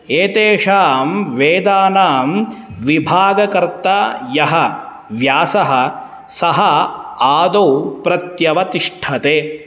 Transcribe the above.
एतेषां वेदानां विभागकर्ता यः व्यासः सः आदौ प्रत्यवतिष्ठते